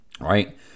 Right